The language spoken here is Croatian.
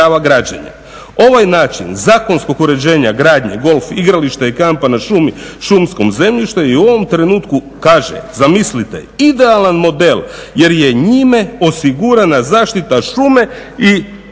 Ovaj način zakonskog uređenja gradnje golf igrališta i kampa na šumi, šumskom zemljištu je u ovom trenutku kaže zamislite idealan model jer je njime osigurana zaštita šume i